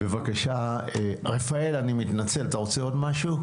בבקשה רפאל אני מתנצל, אתה רוצה עוד משהו.